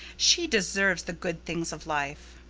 she deserves the good things of life.